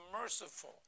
merciful